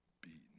beaten